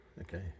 okay